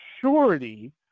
surety